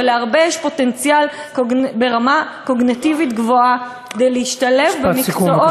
ולהרבה יש פוטנציאל ברמה קוגניטיבית גבוהה כדי להשתלב במקצועות,